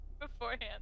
beforehand